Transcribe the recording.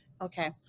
Okay